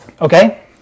okay